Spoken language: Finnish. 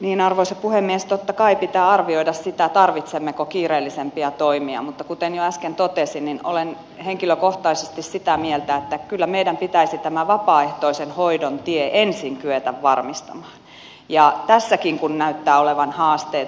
niin arvoisa puhemies totta kai pitää arvioida sitä tarvitsemmeko kiireellisempiä toimia mutta kuten jo äsken totesin niin olen henkilökohtaisesti sitä mieltä että kyllä meidän pitäisi tämä vapaaehtoisen hoidon tie ensin kyetä varmistamaan tässäkin kun näyttää olevan haasteita